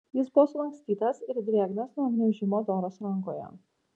jis buvo sulankstytas ir drėgnas nuo gniaužimo doros rankoje